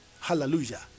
Hallelujah